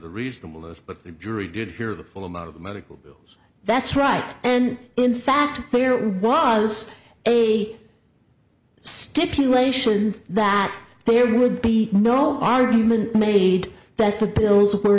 the reasonable is but the jury did hear the full amount of the medical bills that's right and in fact there was a stipulation that there would be no argument made that the bills